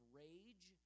rage